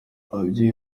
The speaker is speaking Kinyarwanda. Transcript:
ababyeyi